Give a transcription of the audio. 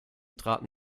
traten